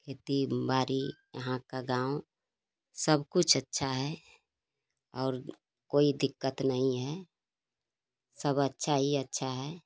खेती बाड़ी यहाँ का गाँव सब कुछ अच्छा है और कोई दिक्कत नहीं है सब अच्छा हीं अच्छा है